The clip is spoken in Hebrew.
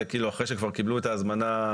זה אחרי שכבר קיבלו את ההזמנה.